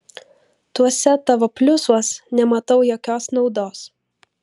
tuose tavo pliusuos nematau jokios naudos